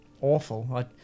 awful